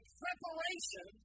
preparation